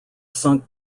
sunk